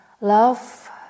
love